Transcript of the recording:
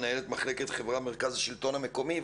מנהלת מחלקת חברה במרכז השלטון המקומי,